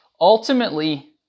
ultimately